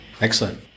Excellent